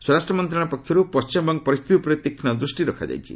ସ୍ୱରାଷ୍ଟ୍ର ମନ୍ତ୍ରଣାଳୟ ପକ୍ଷରୁ ପଣ୍ଟିମବଙ୍ଗ ପରିସ୍ଥିତି ଉପରେ ତୀକ୍ଷ୍ଣ ଦୃଷ୍ଟି ରଖାଯାଇଛି